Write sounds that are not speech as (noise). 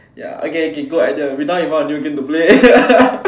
ya okay k good idea now we found a new game to play (laughs)